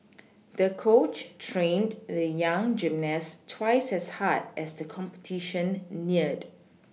the coach trained the young gymnast twice as hard as the competition neared